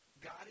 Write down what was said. God